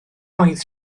oedd